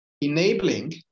enabling